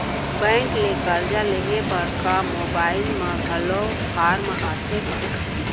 Bank ले करजा लेहे बर का मोबाइल म घलो फार्म आथे का?